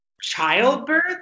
childbirth